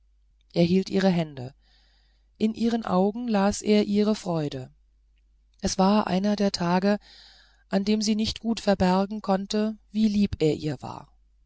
hielt ihre hände in ihren augen las er ihre freude es war einer der tage an dem sie nicht verbergen konnte wie lieb er ihr war